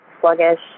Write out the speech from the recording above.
sluggish